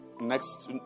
Next